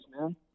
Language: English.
man